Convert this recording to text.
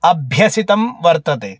अभ्यसितं वर्तते